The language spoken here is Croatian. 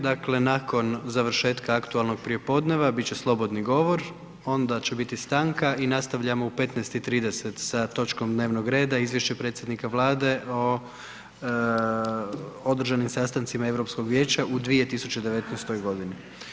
Dakle nakon završetka Aktuelnog prijepodneva bit će slobodni govor, onda će biti stanka i nastavljamo u 15,30 sa točkom dnevnog reda Izvješće predsjednika Vlade o održanim sastancima Europskog vijeća u 2019. godini.